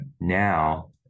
now